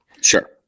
Sure